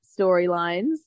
storylines